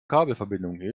kabelverbindungen